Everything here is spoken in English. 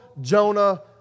Jonah